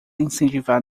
incentivar